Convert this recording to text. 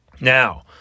Now